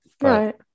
Right